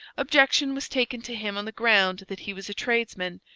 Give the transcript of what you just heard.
objection was taken to him on the ground that he was a tradesman,